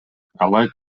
алай